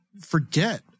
forget